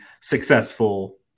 successful